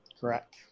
Correct